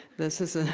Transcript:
this is ah